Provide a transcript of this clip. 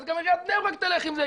אז גם עיריית בני ברק תלך עם זה.